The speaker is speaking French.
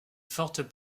fortes